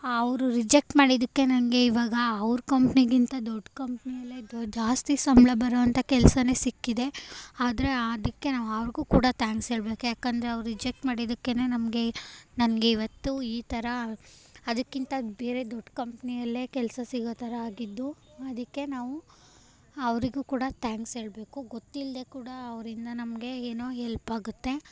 ಅವರು ರಿಜೆಕ್ಟ್ ಮಾಡಿದ್ದಕ್ಕೆ ನನಗೆ ಇವಾಗ ಅವ್ರ ಕಂಪ್ನಿಗಿಂತ ದೊಡ್ಡ ಕಂಪ್ನಿಲೇ ದು ಜಾಸ್ತಿ ಸಂಬಳ ಬರೋವಂಥ ಕೆಲ್ಸವೇ ಸಿಕ್ಕಿದೆ ಆದರೆ ಅದಕ್ಕೆ ನಾನು ಅವ್ರಿಗೂ ಕೂಡ ಥ್ಯಾಂಕ್ಸ್ ಹೇಳ್ಬೇಕು ಯಾಕಂದರೆ ಅವ್ರು ರಿಜೆಕ್ಟ್ ಮಾಡಿದ್ದಕ್ಕೇ ನಮಗೆ ನನಗೆ ಇವತ್ತು ಈ ಥರ ಅದಕ್ಕಿಂತ ಬೇರೆ ದೊಡ್ಡ ಕಂಪ್ನಿಯಲ್ಲೇ ಕೆಲಸ ಸಿಗೋ ಥರ ಆಗಿದ್ದು ಅದಕ್ಕೆ ನಾವು ಅವರಿಗೂ ಕೂಡ ಥ್ಯಾಂಕ್ಸ್ ಹೇಳ್ಬೇಕು ಗೊತ್ತಿಲ್ಲದೇ ಕೂಡ ಅವರಿಂದ ನಮಗೆ ಏನೋ ಹೆಲ್ಪಾಗುತ್ತೆ